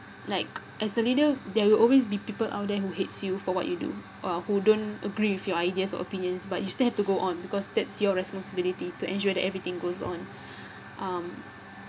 like as a leader there will always be people out there who hates you for what you do or who don't agree with your ideas or opinions but you still have to go on because that's your responsibility to ensure that everything goes on um